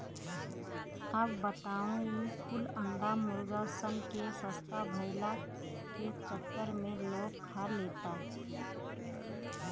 अब बताव ई कुल अंडा मुर्गा सन के सस्ता भईला के चक्कर में लोग खा लेता